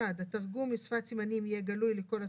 (1)התרגום לשפת סימנים יהיה גלוי לכל הצופים,